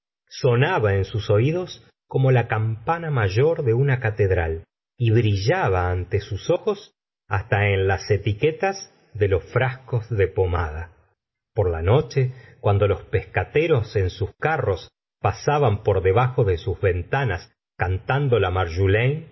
sonaba en sus oídos como la campana mayor de una catedral y brillaba ante sus ojos hasta en las etiquetas de los frascos de pomada por la noche cuando los pescateros en sus carros pasaban por debajo de sus ventanas cantando